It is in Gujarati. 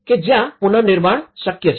કે જ્યાં પુનઃનિર્માણ શક્ય છે